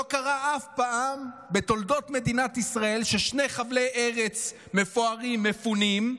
לא קרה אף פעם בתולדות מדינת ישראל ששני חבלי ארץ מפוארים מפונים,